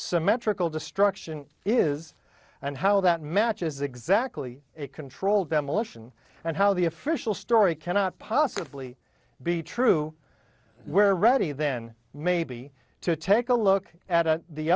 symmetrical destruction is and how that matches exactly a controlled demolition and how the official story cannot possibly be true where ready then maybe to take a look at